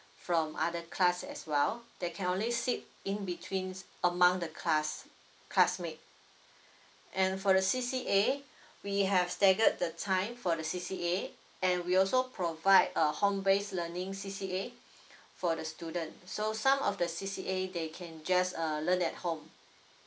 from other class as well they can only sit in between among the class classmate and for the C_C_A we have staggered the time for the C_C_A and we also provide a home based learning C_C_A for the student so some of the C_C_A they can just uh learn at home